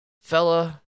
fella